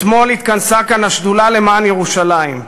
אתמול התכנסה כאן השדולה למען ירושלים,